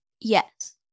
Yes